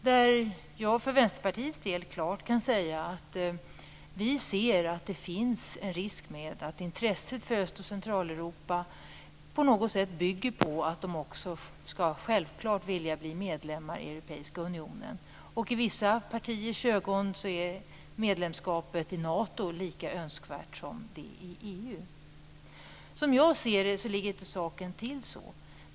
Jag kan för Vänsterpartiets del klart säga att vi ser att det finns en risk med att intresset för de öst och centraleuropeiska länderna på något sätt bygger på att de självklart skall vilja bli medlemmar i Europeiska unionen. I vissa partiers ögon är medlemskapet i Nato lika önskvärt som medlemskapet i EU. Som jag ser det ligger saken inte till så.